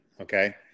okay